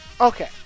Okay